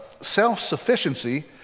self-sufficiency